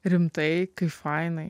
rimtai kai fainai